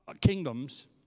kingdoms